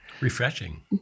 Refreshing